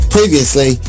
Previously